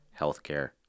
healthcare